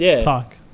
talk